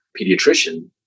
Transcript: pediatrician